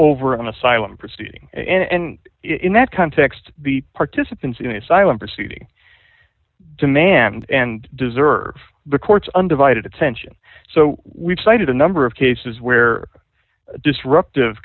over an asylum proceeding and in that context the participants in the asylum proceeding demand and deserve the court's undivided attention so we've cited a number of cases where disruptive